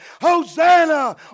Hosanna